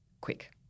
quick